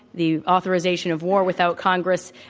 the authorization of war without congress,